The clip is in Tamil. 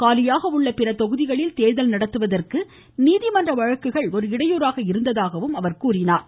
காலியாக உள்ள பிற தொகுதிகளில் தோதல் நடத்துவதற்கு நீதிமன்ற வழக்குகள் ஒரு இடையூறாக இருந்தது என்றார்